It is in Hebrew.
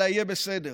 על ה"יהיה בסדר",